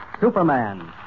Superman